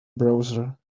browser